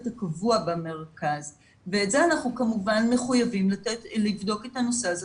הקבוע במרכז ואת זה אנחנו מחויבים לבדוק את הנושא הזה